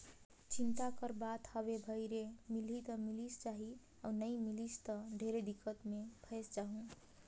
चिंता कर बात हवे भई रे मिलही त मिलिस जाही अउ नई मिलिस त ढेरे दिक्कत मे फंयस जाहूँ